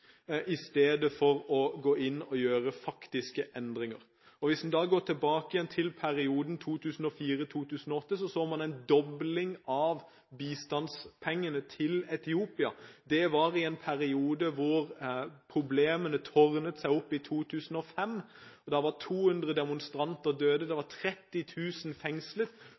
i stedet for å gå inn og gjøre faktiske endringer. Hvis en går tilbake igjen til perioden 2004–2008, så man en dobling av bistandspengene til Etiopia. Det var en periode i 2005 hvor problemene tårnet seg opp. Det var 200 demonstranter som døde, og 30 000 personer ble fengslet fordi det var